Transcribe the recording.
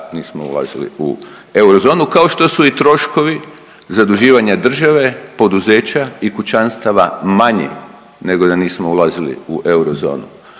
nismo ulazili u eurozonu, kao što su i troškovi zaduživanja države, poduzeća i kućanstava manji nego da nismo ulazili u eurozonu,